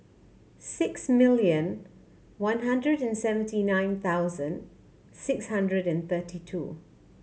six million one hundred and seventy nine thousand six hundred and thirty two